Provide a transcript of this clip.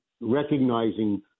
recognizing